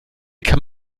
kann